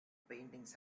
paintings